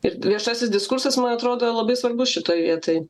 ir viešasis diskursas man atrodo labai svarbus šitoj vietoj